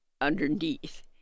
underneath